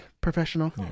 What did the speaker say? Professional